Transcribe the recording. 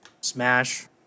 Smash